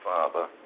Father